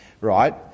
right